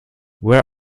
where